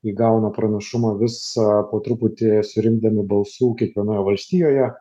įgauna pranašumą vis po truputį surinkdami balsų kiekvienoj valstijoje